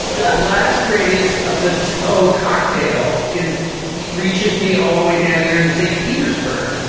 ah the like blast radius of the toe cocktail is reaches me all the way down here in st. petersburg.